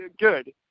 good